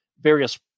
various